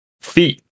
feet